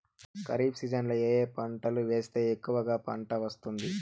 ఖరీఫ్ సీజన్లలో ఏ ఏ పంటలు వేస్తే ఎక్కువగా పంట వస్తుంది?